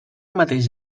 mateix